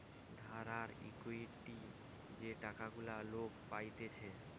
ধার আর ইকুইটি যে টাকা গুলা লোক পাইতেছে